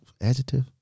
Adjective